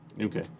Okay